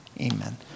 Amen